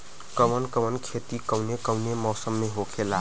कवन कवन खेती कउने कउने मौसम में होखेला?